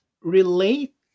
relate